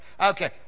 Okay